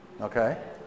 Okay